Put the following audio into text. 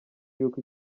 yuko